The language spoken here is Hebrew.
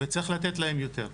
וצריך לתת להם יותר.